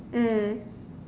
mm